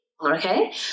okay